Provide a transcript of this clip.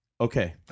Okay